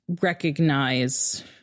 recognize